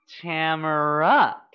Tamara